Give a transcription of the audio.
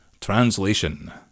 translation